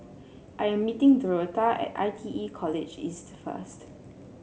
I am meeting Dorotha at I T E College East first